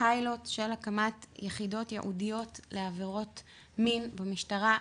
פיילוט של הקמת יחידות ייעודיות לעבירות מין במשטרה,